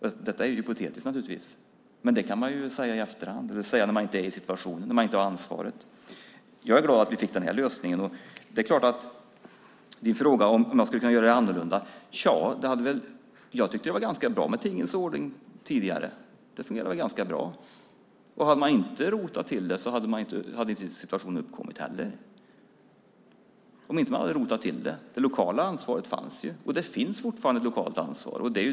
Detta är naturligtvis hypotetiskt. Men det kan man säga i efterhand, det vill säga när man inte är i situationen och inte har ansvaret. Jag är glad att vi fick den här lösningen. Du frågar om jag skulle kunna göra det annorlunda. Tja, jag tycker att det var en ganska bra tingens ordning tidigare och fungerade ganska bra. Om man inte hade rotat till det hade situationen inte uppkommit. Det lokala ansvaret fanns ju, och det finns fortfarande ett lokalt ansvar.